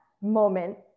moment